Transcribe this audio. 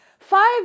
five